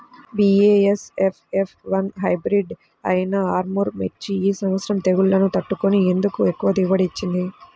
BASF F one hybrid అయినా ఆర్ముర్ మిర్చి ఈ సంవత్సరం తెగుళ్లును తట్టుకొని ఎందుకు ఎక్కువ దిగుబడి ఇచ్చింది?